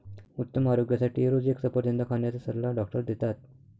उत्तम आरोग्यासाठी रोज एक सफरचंद खाण्याचा सल्ला डॉक्टर देतात